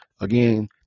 Again